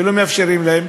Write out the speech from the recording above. ולא מאפשרים להם,